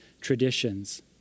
traditions